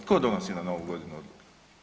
Tko donosi na Novu godinu odluke?